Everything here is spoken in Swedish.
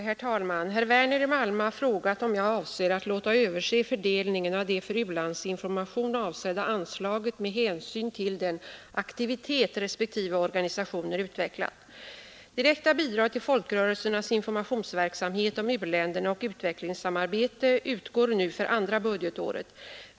Herr talman! Herr Werner i Malmö har frågat om jag avser att låta överse fördelningen av det för u-landsinformation avsedda anslaget med hänsyn till den aktivitet respektive organisationer utvecklat. Direkta bidrag till folkrörelsernas informationsverksamhet om u-länderna och utvecklingssamarbete utgår nu för andra budgetåret.